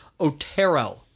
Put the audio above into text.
Otero